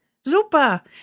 Super